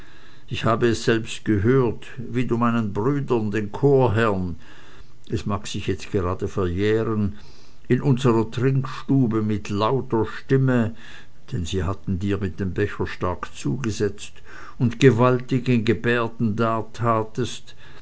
ich habe es selbst gehört wie du meinen brüdern den chorherren es mag sich jetzt gerade verjähren in unserer trinkstube mit lauter stimme denn sie hatten dir mit dem becher stark zugesetzt und gewaltigen gebärden